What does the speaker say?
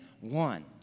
one